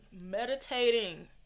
meditating